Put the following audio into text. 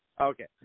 Okay